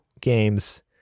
games